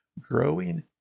growing